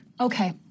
Okay